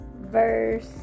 verse